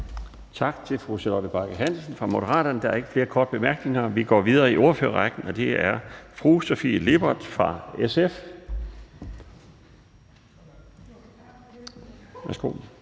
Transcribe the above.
Tak til fru Charlotte Bagge Hansen fra Moderaterne. Der er ikke flere korte bemærkninger. Vi går videre i ordførerrækken til fru Sofie Lippert fra SF.